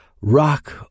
rock